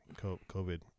COVID